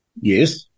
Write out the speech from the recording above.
Yes